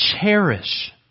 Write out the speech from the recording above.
cherish